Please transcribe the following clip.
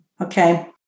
Okay